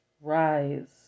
Rise